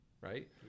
right